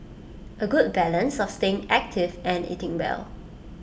A good balance of staying active and eating well